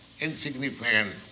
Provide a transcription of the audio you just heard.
insignificant